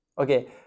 okay